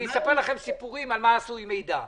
אני אספר לכם סיפורים על מה שעשו עם מידע.